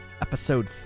episode